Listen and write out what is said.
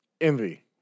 Envy